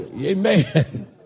Amen